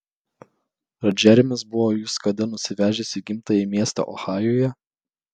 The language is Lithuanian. ar džeremis buvo jus kada nusivežęs į gimtąjį miestą ohajuje